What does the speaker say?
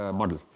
model